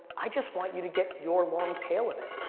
i just want you to get your long tail of it.